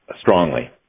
strongly